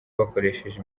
bakoresheje